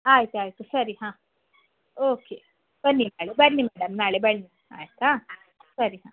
ಆಯ್ತಾಯಿತು ಸರಿ ಹಾಂ ಓಕೆ ಬನ್ನಿ ನಾಳೆ ಬನ್ನಿ ಮೇಡಮ್ ನಾಳೆ ಬನ್ನಿ ಆಯಿತಾ ಸರಿ ಹಾಂ